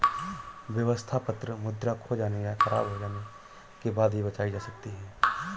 व्यवस्था पत्र मुद्रा खो जाने या ख़राब हो जाने के बाद भी बचाई जा सकती है